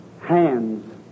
hands